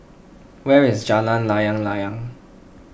where is Jalan Layang Layang